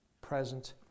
present